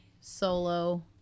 Solo